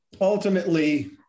ultimately